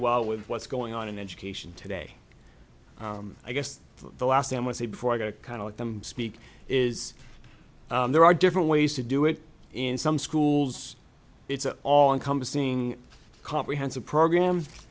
well with what's going on in education today i guess the last time was it before i got to kind of let them speak is there are different ways to do it in some schools it's an all encompassing comprehensive program